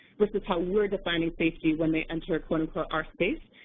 which is how we're defining safety when they enter quote unquote our space,